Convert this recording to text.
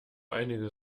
einige